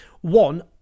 One